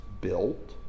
built